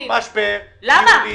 יש פה משבר ניהולי.